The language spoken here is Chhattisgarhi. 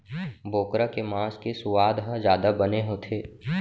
बोकरा के मांस के सुवाद ह जादा बने होथे